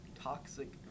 toxic